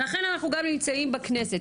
לכן אנחנו גם נמצאים בכנסת,